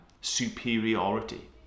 superiority